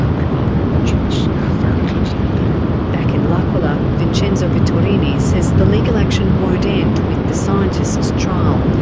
ah people are going to be watching this very closely indeed. back in l'aquila, vincenzo vittorini says the legal action won't end with the scientists' trial.